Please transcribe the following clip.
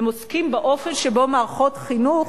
הם עוסקים באופן שבו מערכות חינוך,